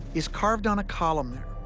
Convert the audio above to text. is carved on a column there.